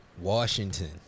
Washington